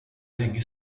länge